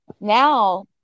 now